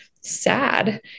sad